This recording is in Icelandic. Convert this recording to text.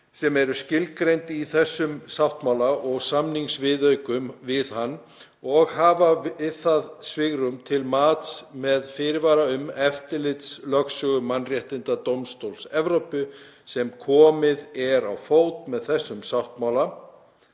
sem eru skilgreind í þessum sáttmála og samningsviðaukum við hann, og hafa við það svigrúm til mats með fyrirvara um eftirlitslögsögu Mannréttindadómstóls Evrópu sem komið er á fót með þessum sáttmála;